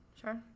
Sure